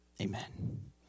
Amen